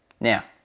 Now